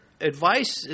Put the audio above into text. advice